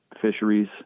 fisheries